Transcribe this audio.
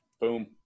Boom